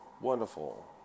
wonderful